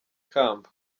kamba